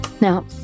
Now